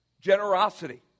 generosity